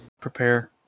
Prepare